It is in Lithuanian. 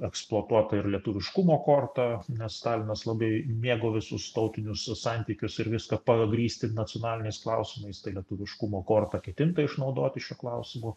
eksploatuota ir lietuviškumo korta nes stalinas labai mėgo visus tautinius santykius ir viską pagrįsti nacionaliniais klausimais tai lietuviškumo kortą ketinta išnaudoti šiuo klausimu